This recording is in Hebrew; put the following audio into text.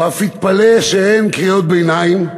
הוא אף התפלא שאין קריאות ביניים,